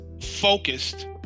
focused